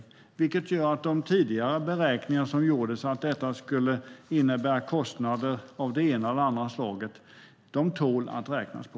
Det gör att de tidigare beräkningar som gjordes för att detta skulle innebära kostnader av det ena eller andra slaget tål att räknas på.